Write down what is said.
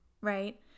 Right